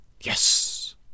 Yes